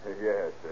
Yes